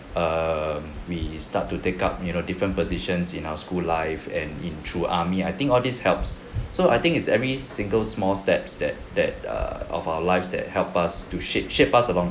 um we start to take up you know different positions in our school life and in through army I think all these helps so I think it's every single small steps that that err of our lives that help us to shape shape us along